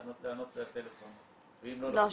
לענות לטלפון ואם לא --- לא,